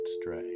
stray